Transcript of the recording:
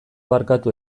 barkatu